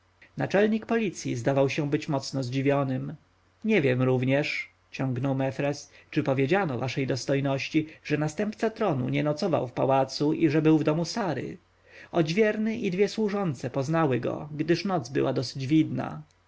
naczelnik policji zdawał się być mocno zdziwionym nie wiem również ciągnął mefres czy powiedziano waszej dostojności że następca tronu nie nocował w pałacu i że był w domu sary odźwierny i dwie służące poznały go gdyż noc była dość widna